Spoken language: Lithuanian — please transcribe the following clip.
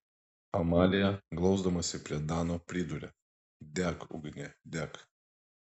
amalija glausdamasi prie dano priduria dek ugnie dek